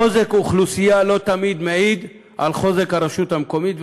חוזק האוכלוסייה לא תמיד מעיד על חוזק הרשות המקומית,